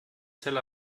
zell